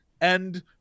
and-